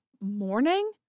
morning